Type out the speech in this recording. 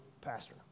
pastor